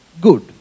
good